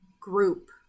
group